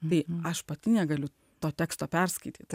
bei aš pati negaliu to teksto perskaityti